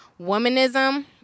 womanism